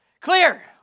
clear